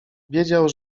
wiedział